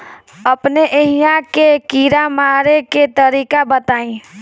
अपने एहिहा के कीड़ा मारे के तरीका बताई?